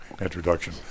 introduction